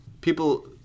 people